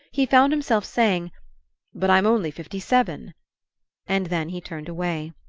he found himself saying but i'm only fifty-seven and then he turned away.